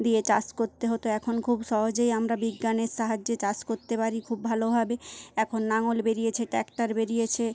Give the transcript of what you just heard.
দিয়ে চাষ করতে হতো এখন খুব সহজেই আমরা বিজ্ঞানের সাহায্যে চাষ কোত্তে পারি খুব ভালোভাবে এখন নাঙ্গল বেড়িয়েছে ট্র্যাক্টর বেড়িয়েছে